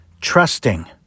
trusting